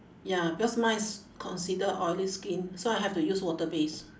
ya because mine is consider oily skin so I have to use water based